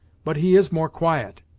but he is more quiet.